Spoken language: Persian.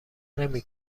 نمی